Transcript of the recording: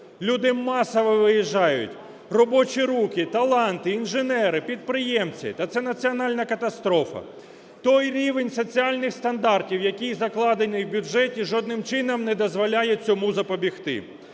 Люди масово виїжджають, робочі руки, таланти, інженери, підприємці, та це національна катастрофа. Той рівень соціальних стандартів, який закладений в бюджеті, жодним чином не дозволяє цього запобігти.